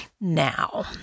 Now